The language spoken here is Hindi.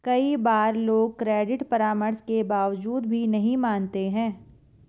कई बार लोग क्रेडिट परामर्श के बावजूद भी नहीं मानते हैं